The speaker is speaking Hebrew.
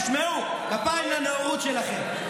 תשמעו, כפיים לנאורות שלכם.